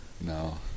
No